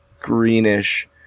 greenish